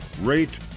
rate